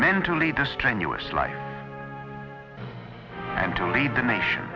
mentally to strenuous life and to lead the nation